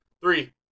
Three